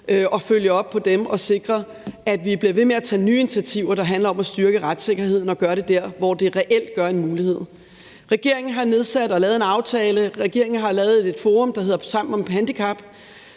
og følge op på dem og sikre, at vi bliver ved med at tage nye initiativer, der handler om at styrke retssikkerheden og gøre det der, hvor det reelt gør en forskel. Regering har nedsat og lavet en aftale, regeringen har lavet et forum, der hedder Sammen om handicap,